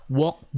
walk